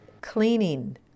Cleaning